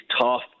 tough